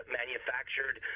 manufactured